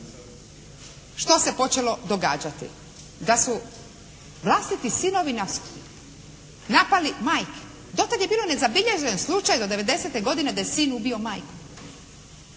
što se počelo događati? Da su vlastiti sinovi napali majke. Do tad je bilo nezabilježen slučaj do 1990. godine da je sin ubio majku.